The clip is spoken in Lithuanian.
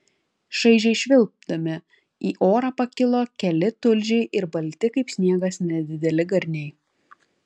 šaižiai švilpdami į orą pakilo keli tulžiai ir balti kaip sniegas nedideli garniai